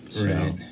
Right